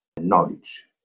knowledge